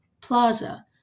plaza